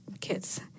kids